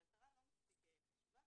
אבל הכרה לא מספיק חשובה,